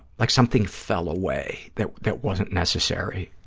like something fell away that that wasn't necessary,